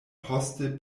poste